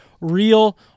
Real